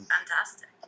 Fantastic